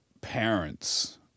parents